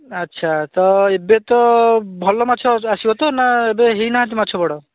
ଆଚ୍ଛା ତ ଏବେ ଭଲ ମାଛ ଆସିବ ତ ନା ଏବେ ହୋଇନାହାନ୍ତି ମାଛ ବଡ଼